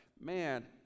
man